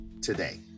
today